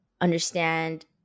understand